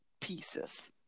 pieces